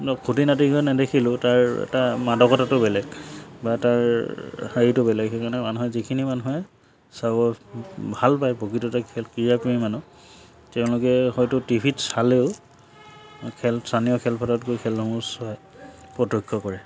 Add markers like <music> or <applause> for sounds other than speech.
খুঁটি নাটি <unintelligible> নেদেখিলেও তাৰ এটা মাদকতাটো বেলেগ বা তাৰ হেৰিটো বেলেগ সেইকাৰণে মানুহে যিখিনি মানুহে চাব <unintelligible> ভাল পায় প্ৰকৃততে খেল ক্ৰীড়া প্ৰেমী মানুহ তেওঁলোকে হয়তো টিভিত চালেও খেল স্থানীয় খেলপথাৰত গৈ খেলসমূহ চোৱাই প্ৰত্যক্ষ কৰে